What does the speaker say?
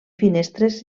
finestres